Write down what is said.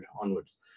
onwards